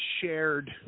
shared